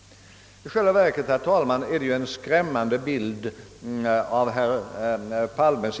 I själva verket ger detta en skrämmande bild av herr Palme.